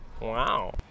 Wow